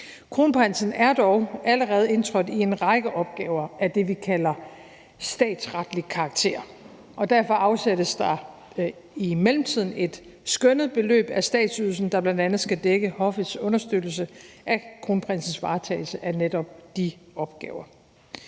Kronprinsen er dog allerede indtrådt i en række opgaver af det, vi kalder statsretlig karakter, og derfor afsættes der i mellemtiden et skønnet beløb af statsydelsen, der bl.a. skal dække hoffets understøttelse af kronprinsens varetagelse af netop de opgaver.